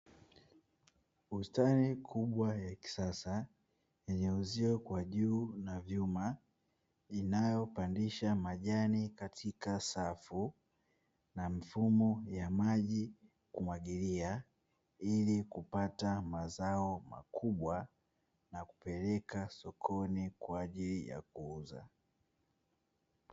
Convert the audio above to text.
Bustani kubwa na ya kisasa yenye uzio kwa juu, na vyuma inayopandisha majani katika safu na mfumo ya maji kumwagilia, ili kupata mazao makubwa na kupelekwa sokoni kwa ajili ya kuuzwa.